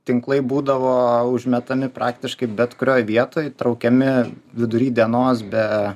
tinklai būdavo užmetami praktiškai bet kurioj vietoj traukiami vidury dienos be